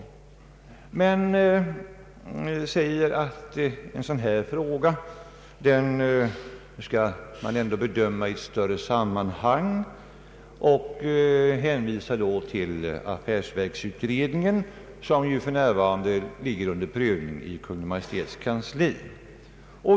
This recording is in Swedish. Utskottet tilllägger att härmed sammanhängande frågor synes dock böra bedömas i ett större sammanhang och hänvisar till affärsverksutredningen, vars förslag för närvarande prövas i Kungl. Maj:ts kansli.